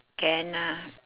can ah